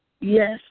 Yes